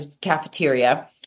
cafeteria